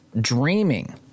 dreaming